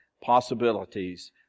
possibilities